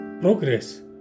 progress